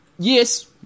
Yes